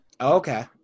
Okay